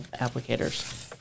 applicators